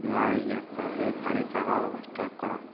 ନ୍ୟୁୟର୍କରେ ପାଣିପାଗ ଅବସ୍ଥା କ'ଣ